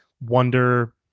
wonder